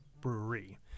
brewery